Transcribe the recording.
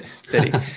City